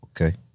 Okay